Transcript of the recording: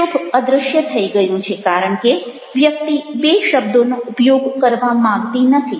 શુભ અદૃશ્ય થઈ ગયું છે કારણ કે વ્યક્તિ બે શબ્દોનો ઉપયોગ કરવા માંગતી નથી